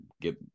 get